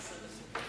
15 דקות לרשותך.